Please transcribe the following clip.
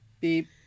Beep